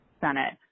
Senate